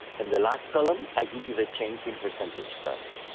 and the last column, i give you the change in percentage terms.